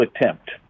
attempt